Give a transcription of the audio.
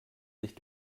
sich